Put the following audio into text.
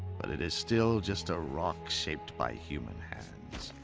but it is still just a rock, shaped by human hands.